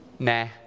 Nah